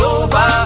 over